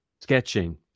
sketching